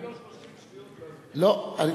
תן לו עוד 30 שניות.